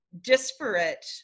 disparate